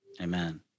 Amen